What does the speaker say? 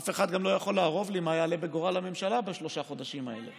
אף אחד גם לא יכול לערוב לי מה יעלה בגורל הממשלה בשלושה החודשים האלה.